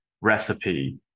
recipe